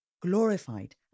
glorified